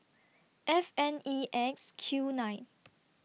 F N E X Q nine